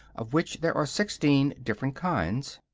of which there are sixteen different kinds,